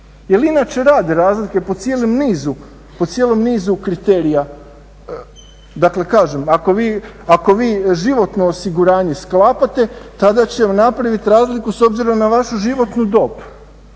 inače rade razlike po cijelom nizu kriterija. Dakle, kažem, ako vi životno osiguranje sklapate tada će on napraviti razliku s obzirom na vašu životnu dob,